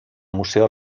museo